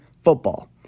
football